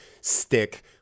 stick